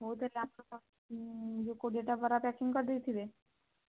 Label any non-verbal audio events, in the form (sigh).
ବହୁତ ଲାଭ (unintelligible) ଯେଉଁ କୋଡ଼ିଏଟା ବରା ପ୍ୟାକିଂ କରିଦେଇଥିବେ